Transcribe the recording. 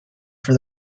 for